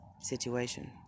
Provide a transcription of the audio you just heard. situation